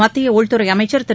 மத்திய உள்துறை அமைச்சர் திரு